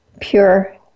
pure